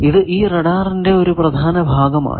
ഇത് ഈ റഡാറിന്റെ ഒരു പ്രധാന ഭാഗമാണ്